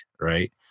right